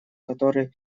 которые